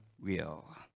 real